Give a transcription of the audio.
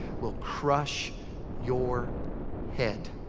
will crush your head